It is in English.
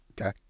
Okay